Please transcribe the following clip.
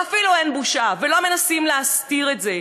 ואפילו אין בושה ולא מנסים להסתיר את זה.